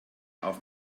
auf